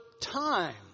time